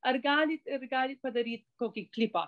ar galit ar galit padaryt kokį klipą